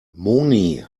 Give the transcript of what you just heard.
moni